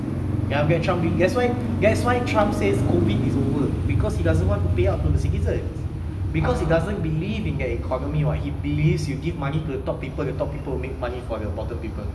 after that trump doing that's why that's why trump says COVID is over because he doesn't want to pay up to the citizen because he doesn't believe in that economy what he believes you give money to the top people the top people make money for the bottom people